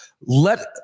let